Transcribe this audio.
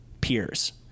peers